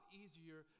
easier